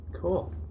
Cool